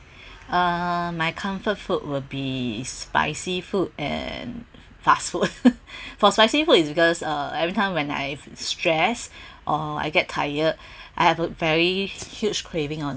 uh my comfort food will be spicy food and fast food for spicy food is because uh everytime when I stress or I get tired I have a very huge craving on